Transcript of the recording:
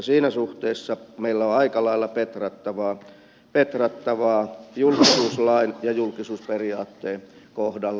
siinä suhteessa meillä on aika lailla petrattavaa julkisuuslain ja julkisuusperiaatteen kohdalla